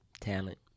Talent